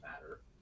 matter